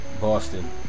Boston